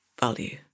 value